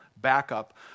backup